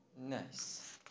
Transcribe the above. Nice